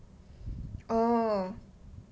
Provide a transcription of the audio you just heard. oh